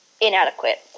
inadequate